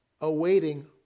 awaiting